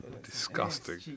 Disgusting